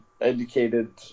educated